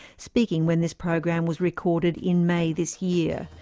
speaking when this program was recorded in may this year.